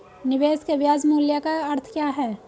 निवेश के ब्याज मूल्य का अर्थ क्या है?